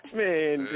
man